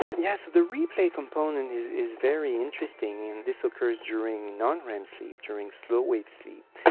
yes, the replay component is very interesting. this occurs during non-rem sleep, during slow wave sleep,